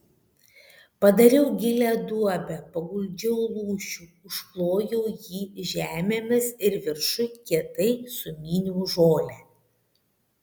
padariau gilią duobę paguldžiau lūšių užklojau jį žemėmis ir viršuj kietai sumyniau žolę